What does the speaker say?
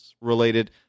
related